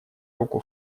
руку